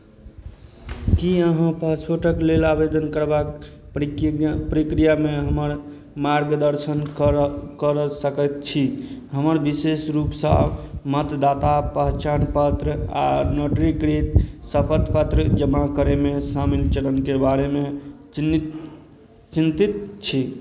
की अहाँ पासपोर्टक लेल आवेदन करबाक प्रकि प्रक्रियामे हमर मार्गदर्शन करय करय सकैत छी हमर विशेष रूपसँ मतदाता पहचान पत्र आ नोटरीकृत शपथपत्र जमा करयमे शामिल चरणके बारेमे चिह्नित चिन्तित छी